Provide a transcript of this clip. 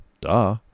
Duh